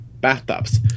bathtubs